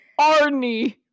Arnie